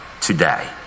today